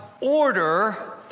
order